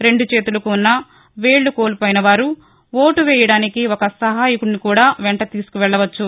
రెండు చేతులకు ఉన్న వేళ్ళు కోల్పోయిన వారు ఓటు వేయడానికి ఒక సహాయకుడిని కూడా వెంట తీసుకువెళ్ళవచ్చు